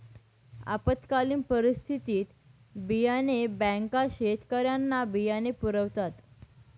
आपत्कालीन परिस्थितीत बियाणे बँका शेतकऱ्यांना बियाणे पुरवतात